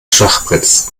schachbretts